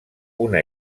una